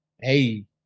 Hey